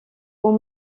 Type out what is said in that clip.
aux